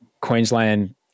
Queensland